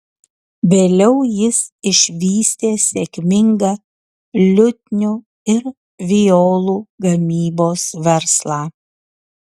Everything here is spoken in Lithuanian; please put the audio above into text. vėliau jis išvystė sėkmingą liutnių ir violų gamybos verslą